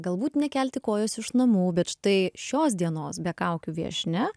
galbūt nekelti kojos iš namų bet štai šios dienos be kaukių viešnia